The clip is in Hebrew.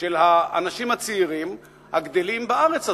של האנשים הצעירים הגדלים בארץ הזאת.